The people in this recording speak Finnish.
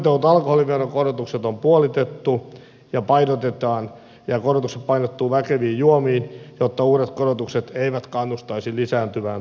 suunnitellut alkoholiveron korotukset on puolitettu ja korotukset painottuvat väkeviin juomiin jotta uudet korotukset eivät kannustaisi lisääntyvään tuontiin